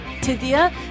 Tithia